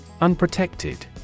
Unprotected